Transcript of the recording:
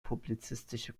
publizistische